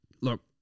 look